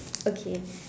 okay